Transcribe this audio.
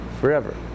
Forever